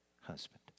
husband